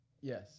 Yes